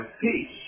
peace